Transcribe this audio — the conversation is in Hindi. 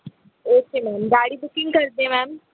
ओके मैंम गाड़ी बुकिंग कर दें मैंम